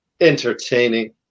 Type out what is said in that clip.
entertaining